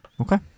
Okay